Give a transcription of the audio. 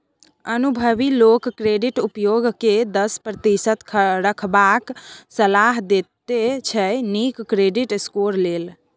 अनुभबी लोक क्रेडिट उपयोग केँ दस प्रतिशत रखबाक सलाह देते छै नीक क्रेडिट स्कोर लेल